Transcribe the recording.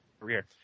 career